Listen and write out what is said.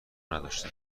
نداشت